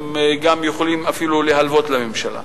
הן יכולות אפילו להלוות לממשלה.